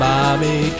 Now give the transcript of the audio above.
Mommy